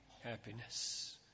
happiness